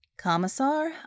Commissar